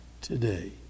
today